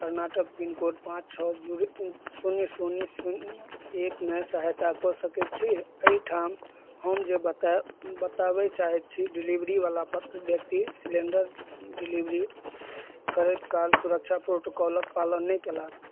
Karnataka pincode पाँच छओ zero शून्य शून्य शून्य एकमे सहायता कऽ सकै छी एहिठाम हम जे बता बताबै चाहै छी डिलिवरीवला व्यक्ति सिलेण्डर डिलिवरी करैत काल सुरक्षा प्रोटोकॉलके पालन नहि कएलक